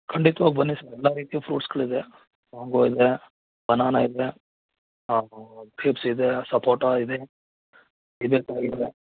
ಖಂಡಿತ್ವಾಗಿ ಬನ್ನಿ ಸರ್ ಎಲ್ಲ ರೀತಿ ಫ್ರೂಟ್ಸ್ಗಳಿದೆ ಮ್ಯಾಂಗೋ ಇದೆ ಬನಾನಾ ಇದೆ ಗ್ರೇಪ್ಸ್ ಇದೆ ಸಪೋಟಾ ಇದೆ